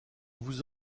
vous